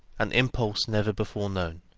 an impulse never before known,